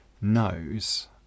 knows